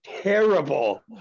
terrible